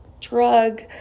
drug